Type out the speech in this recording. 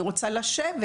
אני רוצה לשבת.